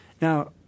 Now